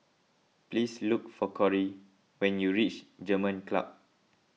please look for Corry when you reach German Club